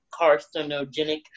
carcinogenic